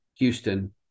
Houston